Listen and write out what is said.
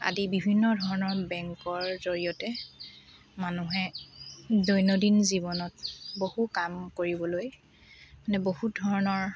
আদি বিভিন্ন ধৰণৰ বেংকৰ জৰিয়তে মানুহে দৈনন্দিন জীৱনত বহু কাম কৰিবলৈ মানে বহু ধৰণৰ